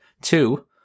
two